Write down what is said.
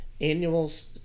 annuals